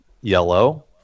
yellow